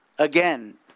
Again